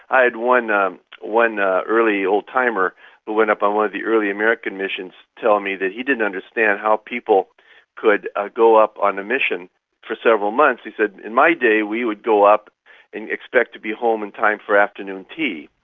i had one ah one ah early old-timer who but went up on one of the early american missions telling me that he didn't understand how people could ah go up on a mission for several months. he said, in my day we would go up and expect to be home in time for afternoon tea.